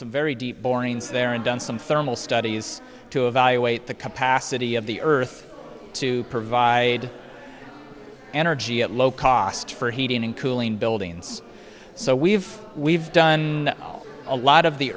some very deep borings there and done some thermal studies to evaluate the capacity of the earth to provide energy at low cost for heating and cooling buildings so we've we've done a lot of the